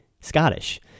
Scottish